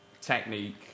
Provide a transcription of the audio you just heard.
Technique